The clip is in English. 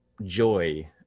joy